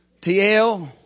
TL